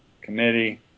committee